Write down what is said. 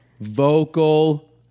vocal